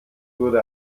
wurde